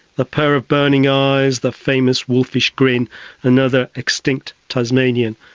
the pair of burning eyes, the famous wolfish grin another extinct tasmanian,